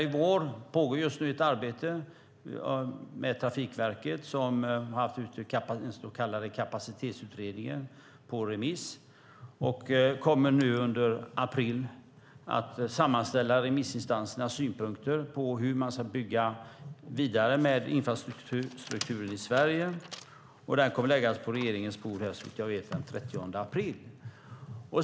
I vår pågår ett arbete med Trafikverket som har haft en kapacitetsutredning ute på remiss och nu i april kommer att sammanställa remissinstansernas synpunkter på hur man ska bygga vidare på infrastrukturen i Sverige. Den sammanställningen kommer såvitt jag vet att läggas på regeringens bord den 30 april.